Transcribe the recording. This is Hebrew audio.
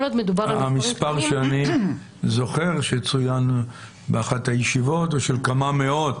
המספר שאני זוכר שצוין באחת הישיבות הוא כמה מאות.